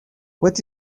what